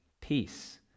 peace